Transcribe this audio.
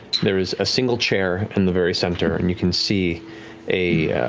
there is a single chair in the very center and you can see a